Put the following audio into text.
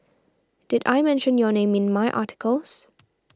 did I mention your name in my articles